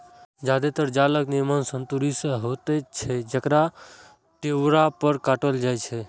जादेतर जालक निर्माण सुतरी सं होइत छै, जकरा टेरुआ पर काटल जाइ छै